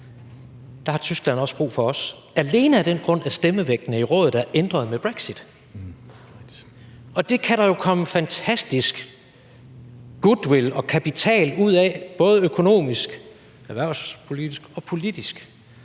år også har brug for os, alene af den grund, at stemmevægten i Rådet er ændret med brexit. Og det kan der jo komme en fantastisk goodwill og kapital ud af både økonomisk, erhvervspolitisk og politisk.